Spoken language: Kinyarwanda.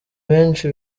benshi